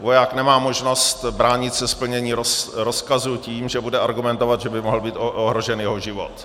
Voják nemá možnost bránit se splnění rozkazu tím, že bude argumentovat, že by mohl být ohrožen jeho život.